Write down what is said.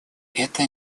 это